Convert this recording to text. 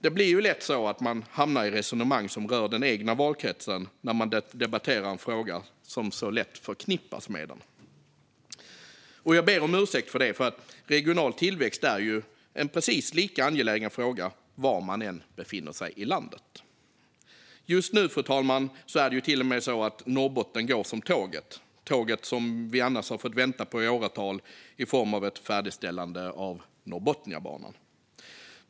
Det blir ju lätt så att man hamnar i resonemang som rör den egna valkretsen när man debatterar en fråga som så lätt förknippas med den. Jag ber om ursäkt för detta, för regional tillväxt är ju en precis lika angelägen fråga var man än befinner sig i landet. Just nu, fru talman, är det ju till och med så att Norrbotten går som tåget - det tåg som vi annars har fått vänta på i åratal i form av ett färdigställande av Norrbotniabanan.